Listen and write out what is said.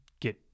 get